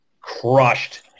crushed